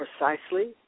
precisely